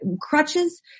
crutches